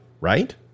right